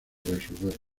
resolver